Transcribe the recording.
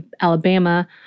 Alabama